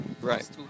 Right